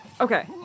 Okay